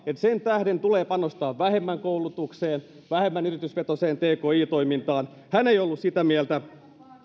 että sen tähden tulee panostaa vähemmän koulutukseen vähemmän yritysvetoiseen tki toimintaan hän ei ollut sitä mieltä